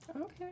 Okay